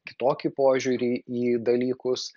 kitokį požiūrį į dalykus